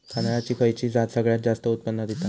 तांदळाची खयची जात सगळयात जास्त उत्पन्न दिता?